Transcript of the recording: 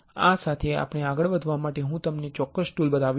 અને હવે આ સાથે આગળ વધવા માટે હું તમને આ ચોક્કસ ટૂલ બતાવીશ